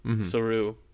saru